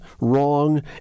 wrong